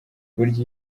burya